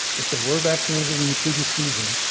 if they were vaccinated in the previous season,